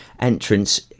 entrance